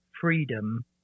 freedom